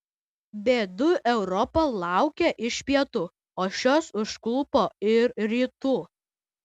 bėdų europa laukė iš pietų o šios užklupo ir rytų